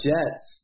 Jets